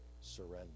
surrender